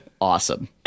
Awesome